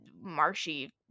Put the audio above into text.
marshy